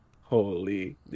holy